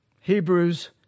Hebrews